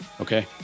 Okay